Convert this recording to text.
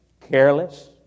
careless